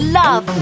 love